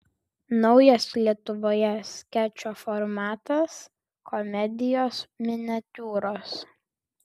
naujas lietuvoje skečo formatas komedijos miniatiūros